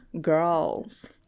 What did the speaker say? girls